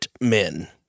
men